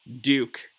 Duke